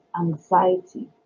anxiety